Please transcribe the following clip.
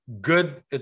good